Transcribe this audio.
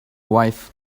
wife